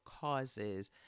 causes